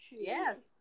Yes